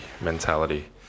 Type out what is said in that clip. mentality